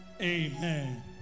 Amen